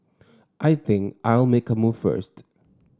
I think I'll make a move first